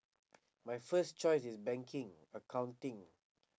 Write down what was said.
my first choice is banking accounting